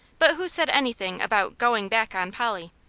but who said anything about going back on polly